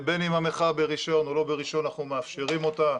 בין אם המחאה ברישיון או לא ברישיון אנחנו מאפשרים אותה,